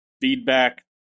feedback